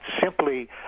simply